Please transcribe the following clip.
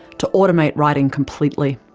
to automate writing completely.